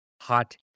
hot